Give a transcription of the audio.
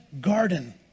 garden